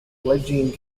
fledgling